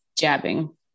jabbing